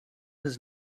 his